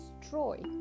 destroy